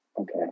Okay